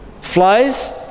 Flies